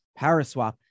Paraswap